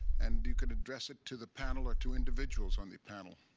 and you can address it to the panel or to individuals on the panel.